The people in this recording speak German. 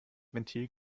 ventil